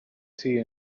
tea